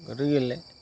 গতিকেলৈ